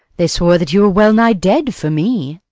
they swore that you were well-nigh dead for me.